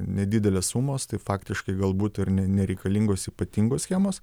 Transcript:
nedidelės sumos tai faktiškai gal būt ir nė nereikalingos ypatingos schemos